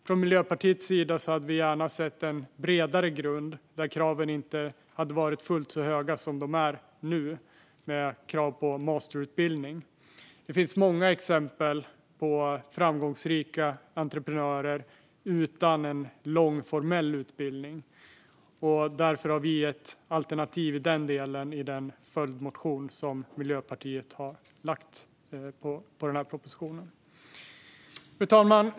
Från Miljöpartiets sida hade vi gärna sett en bredare grund där kraven inte hade varit fullt så höga som de är nu, med krav på masterutbildning. Det finns många exempel på framgångsrika entreprenörer utan en lång formell utbildning. Därför har Miljöpartiet ett alternativ i den delen i vår följdmotion till propositionen. Fru talman!